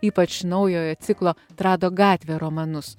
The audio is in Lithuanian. ypač naujojo ciklo trado gatvė romanus